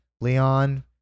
Leon